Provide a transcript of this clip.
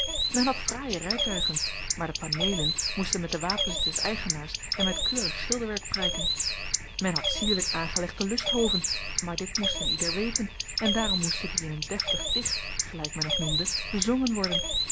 men had fraaie rijtuigen maar de paneelen moesten met de wapens des eigenaars en met keurig schilderwerk prijken men had sierlijk aangelegde lusthoven maar dit moest een ieder weten en daarom moesten die in een deftig dicht gelijk men t noemde bezongen worden